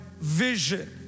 vision